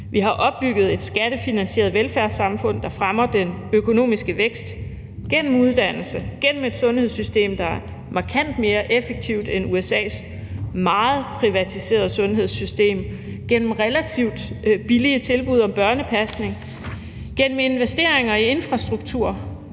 Vi har opbygget et skattefinansieret velfærdssamfund, der fremmer den økonomiske vækst gennem uddannelse, gennem et sundhedssystem, der er markant mere effektivt end USA's meget privatiserede sundhedssystem, gennem relativt billige tilbud om børnepasning, gennem investeringer i infrastruktur